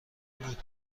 بود